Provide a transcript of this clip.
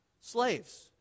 Slaves